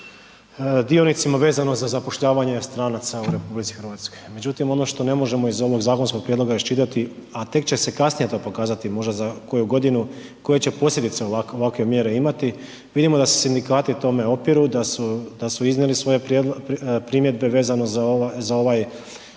dionicima vezano za zapošljavanje stranaca u RH. Međutim, ono što ne možemo iz ovog zakonskog prijedloga iščitati, a tek će se kasnije to pokazati, možda za koju godinu koje će posljedice ovakve mjere imati. Vidimo da se sindikati tome opiru, da su iznijeli svoje prijedloge, primjedbe vezano za ovaj